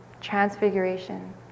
Transfiguration